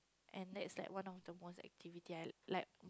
and that's like one of the most activity I like